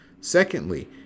Secondly